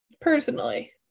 personally